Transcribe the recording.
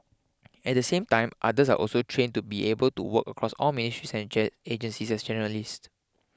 at the same time others are also trained to be able to work across all ministries and agencies as generalist